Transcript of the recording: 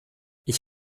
ich